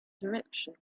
direction